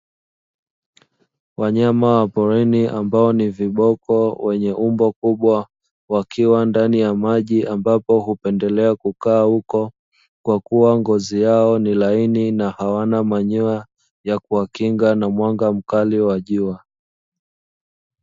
Wanyama wa porini ambao ni viboko wenye umbo kubwa, wakiwa ndani ya maji ambapo hupendelea kukaa huko, kwakuwa ngozi yao ni laini na hawana manyoya ya kuwakinga na mwanga mkali wa jua.